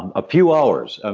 um a few hours. um